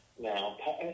Now